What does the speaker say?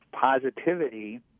positivity